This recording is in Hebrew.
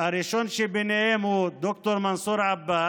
והראשון שביניהם הוא ד"ר מנסור עבאס,